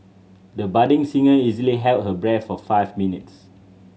the budding singer easily held her breath for five minutes